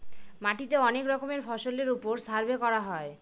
মাটিতে অনেক রকমের ফসলের ওপর সার্ভে করা হয়